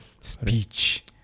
speech